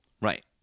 Right